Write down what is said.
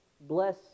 bless